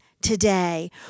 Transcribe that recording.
today